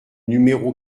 numéro